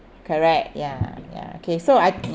correct ya ya okay so I